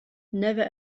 never